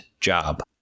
job